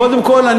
קודם כול,